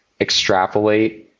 extrapolate